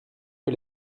que